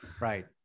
Right